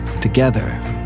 together